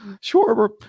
Sure